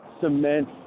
cement